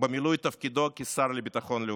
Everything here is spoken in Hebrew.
במילוי תפקידו כשר לביטחון הלאומי.